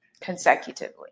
consecutively